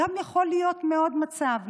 וגם יכול להיות מאוד מצב,